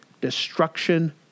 destruction